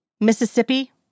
Mississippi